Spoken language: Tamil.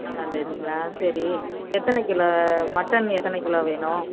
நாலாம்தேதிங்களா சரி எத்தனை கிலோ மட்டன் எத்தனை கிலோ வேணும்